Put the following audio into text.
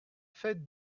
fête